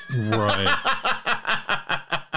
Right